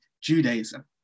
Judaism